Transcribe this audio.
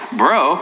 bro